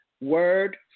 word